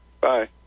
Bye